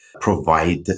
provide